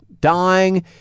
dying